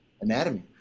Anatomy